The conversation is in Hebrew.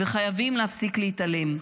וחייבים להפסיק להתעלם.